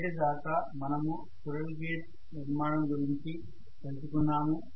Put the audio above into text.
ఇప్పటిదాకా మనము squirrel cage నిర్మాణం గురించి తెలుసుకున్నాము